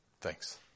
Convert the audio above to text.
Thanks